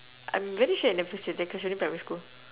I'm very sure you never say that cause you only primary school